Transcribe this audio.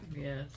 Yes